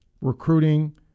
recruiting